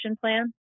plan